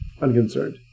unconcerned